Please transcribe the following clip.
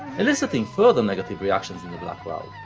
eliciting further negative reactions in the black crowd.